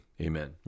Amen